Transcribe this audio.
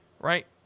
Right